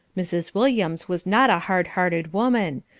mrs. williams was not a hard-hearted woman,